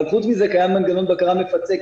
אבל חוץ מזה קיים מנגנון בקרה מפצה,